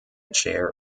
chair